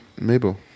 Mabel